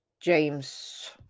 James